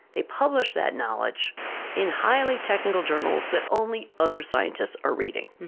they publish that knowledge in highly technical journals that only other scientists are reading.